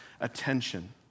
attention